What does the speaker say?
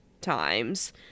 times